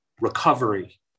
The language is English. recovery